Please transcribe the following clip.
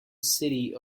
city